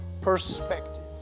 perspective